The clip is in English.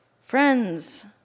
Friends